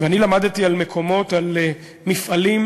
אני למדתי על מקומות, על מפעלים,